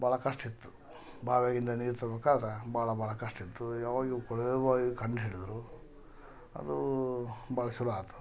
ಭಾಳ ಕಷ್ಟ ಇತ್ತು ಬಾವಿಯಾಗಿಂದ ನೀರು ತರ್ಬೇಕಾದ್ರೆ ಭಾಳ ಭಾಳ ಕಷ್ಟ ಇತ್ತು ಯಾವಾಗ ಇವು ಕೊಳವೆ ಬಾವಿ ಕಂಡು ಹಿಡಿದ್ರು ಅದು ಭಾಳ ಚಲೋ ಆಯ್ತು